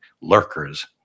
lurkers